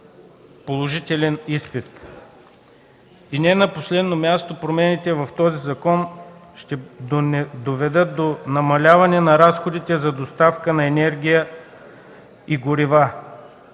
положителен изпит. Не на последно място, промените в този закон ще доведат до намаляване на разходите за доставка на енергия и горива.